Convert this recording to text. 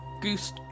Goose